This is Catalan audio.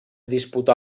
disputà